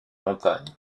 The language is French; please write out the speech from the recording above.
montagne